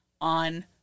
on